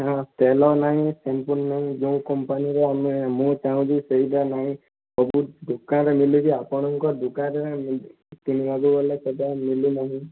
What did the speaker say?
ହଁ ତେଲ ନାହିଁ ସାବୁନ ନାହିଁ ଯେଉଁ କମ୍ପାନୀର ଆମେ ମୁଁ ଚାହୁଁଛି ସେହିଟା ନାହିଁ ସବୁ ଦୋକାନ ରେ ମିଳୁଛି ଆପଣଙ୍କ ଦୋକାନରେ କିଣିବାକୁ ଗଲେ ସେହିଟା ମିଲୁନାହିଁ